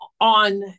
on